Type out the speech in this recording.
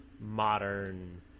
modern